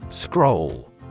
Scroll